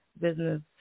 business